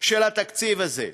של התקציב הזה: